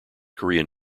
korean